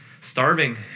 starving